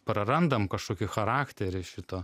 prarandam kažkokį charakterį šito